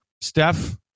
Steph